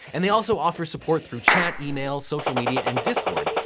and they also offer support through chat, email, social media, and discord,